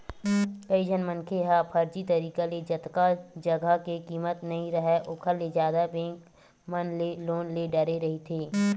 कइझन मनखे ह फरजी तरिका ले जतका जघा के कीमत नइ राहय ओखर ले जादा बेंक मन ले लोन ले डारे रहिथे